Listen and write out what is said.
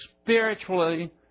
spiritually